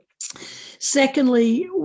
secondly